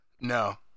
No